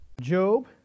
Job